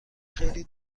خیلی